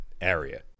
area